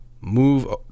move